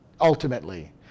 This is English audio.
Ultimately